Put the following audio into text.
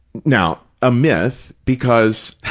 now, a myth, because